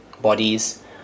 bodies